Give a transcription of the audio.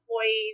employees